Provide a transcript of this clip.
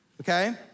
okay